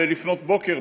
לפנות בוקר,